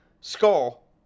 skull